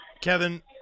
Kevin